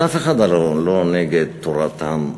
ואף אחד הלוא לא נגד תורתם-אומנותם,